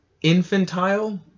infantile